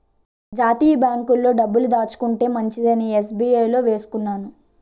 జాతీయ బాంకుల్లో డబ్బులు దాచుకుంటే మంచిదని ఎస్.బి.ఐ లో వేసుకున్నాను